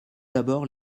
d’abord